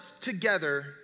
together